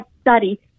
study